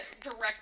direct